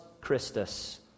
Christus